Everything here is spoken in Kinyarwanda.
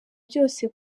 byose